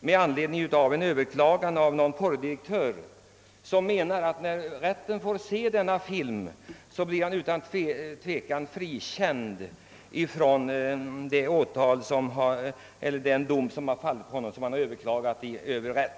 med anledning av ett åtal mot en porrdirektör, som menar att när de får se filmen kommer de att frikänna honom.